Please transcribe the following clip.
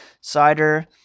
cider